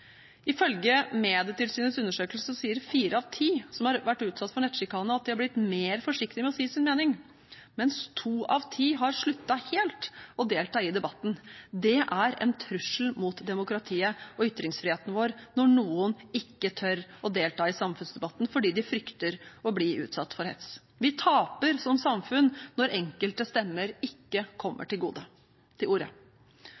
Ifølge Medietilsynets undersøkelse sier fire av ti som har vært utsatt for nettsjikane, at de har blitt mer forsiktige med å si sin mening, mens to av ti har sluttet helt å delta i debatten. Det er en trussel mot demokratiet og ytringsfriheten vår når noen ikke tør å delta i samfunnsdebatten fordi de frykter å bli utsatt for hets. Vi taper som samfunn når enkelte stemmer ikke